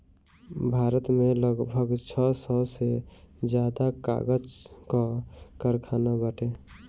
भारत में लगभग छह सौ से ज्यादा कागज कअ कारखाना बाटे